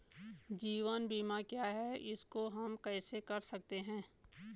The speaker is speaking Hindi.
जीवन बीमा क्या है इसको हम कैसे कर सकते हैं?